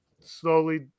slowly